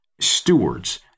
stewards